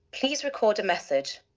please record a message.